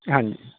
ਹਾਂਜੀ